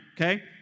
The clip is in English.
Okay